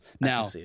Now